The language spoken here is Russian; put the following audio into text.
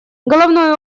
головной